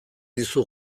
dizu